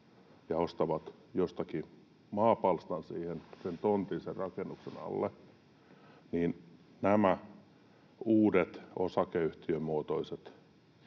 ja ostavat jostakin maapalstan siihen, sen tontin sen rakennuksen alle, niin nämä uudet, osakeyhtiömuotoiset